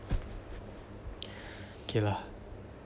okay lah